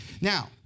Now